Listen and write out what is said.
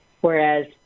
whereas